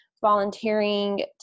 volunteering